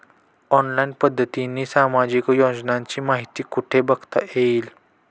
Online पद्धतीने सामाजिक योजनांची माहिती कुठे बघता येईल?